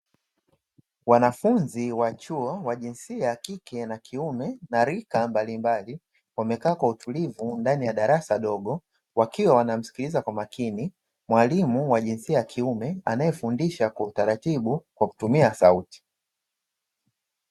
Wanafunzi wa chuo wa jinsia ya kike na kiume na rika mbalimbali wamekaa kwa utulivu ndani ya darasa dogo, wakiwa wanamsikiliza kwa makini mwalimu wa jinsia ya kiume anayefundisha kwa utaratibu kwa kutumia sauti.